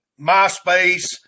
MySpace